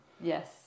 Yes